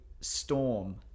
storm